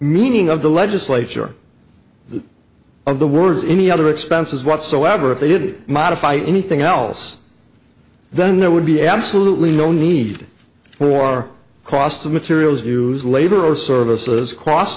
meaning of the legislature that are the words any other expenses whatsoever if they did modify anything else then there would be absolutely no need for cost of materials use labor or services cost